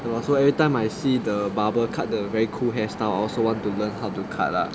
and see everytime I see the barber cut the very cool hair style also want to learn how to cut lah